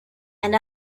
and